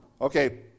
Okay